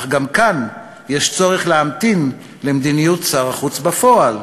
אך גם כאן יש צורך להמתין למדיניות שר החוץ בפועל,